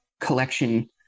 collection